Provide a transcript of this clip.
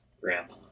Grandma